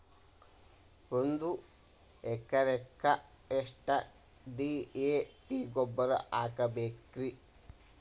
ಒಂದು ಎಕರೆಕ್ಕ ಎಷ್ಟ ಡಿ.ಎ.ಪಿ ಗೊಬ್ಬರ ಹಾಕಬೇಕ್ರಿ?